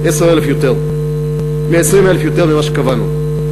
20,000 יותר ממה שקבענו.